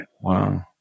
Wow